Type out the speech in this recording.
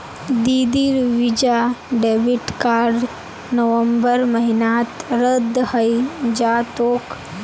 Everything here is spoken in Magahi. दीदीर वीजा डेबिट कार्ड नवंबर महीनात रद्द हइ जा तोक